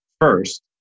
first